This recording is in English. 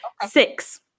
Six